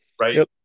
Right